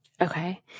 Okay